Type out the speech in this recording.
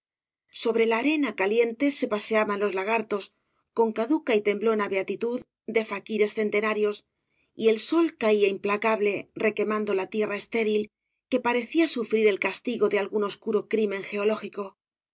sobre la arena caliente se paseaban los lagartos con caduca y temblona beatitud de faquires centenarios y el sol caía implacable requemando la tierra estéril que parecía sufrir el castigo de algún oscuro crimen geológico